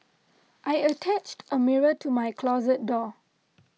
I attached a mirror to my closet door